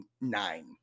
nine